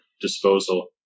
disposal